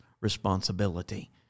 responsibility